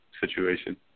situation